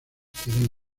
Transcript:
tienen